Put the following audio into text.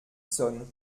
sonne